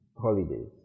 holidays